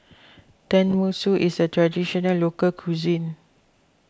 Tenmusu is a Traditional Local Cuisine